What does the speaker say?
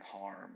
harm